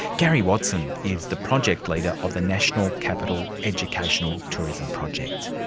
gary watson is the project leader of the national capital educational tourism project.